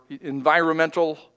environmental